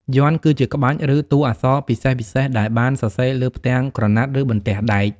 យ័ន្ត គឺជាក្បាច់ ឬតួអក្សរពិសេសៗដែលបានសរសេរលើផ្ទាំងក្រណាត់ ឬបន្ទះដែក។